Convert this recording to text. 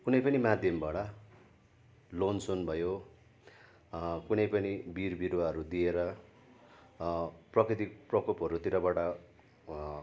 कुनै पनि माध्यमबाट लोनसोन भयो कुनै पनि बिउ बिरुवाहरू दिएर प्रकृतिक प्रकोपहरूतिरबाट